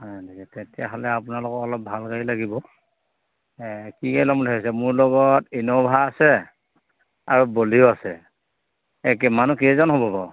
হয় নেকি তেতিয়াহ'লে আপোনালোকক অলপ ভাল গাড়ী লাগিব কি গাড়ী ল'ম বুলি ভাবিছে মোৰ লগত ইন'ভা আছে আৰু ব'লেৰু আছে এই কি মানুহ কেইজন হ'ব বাৰু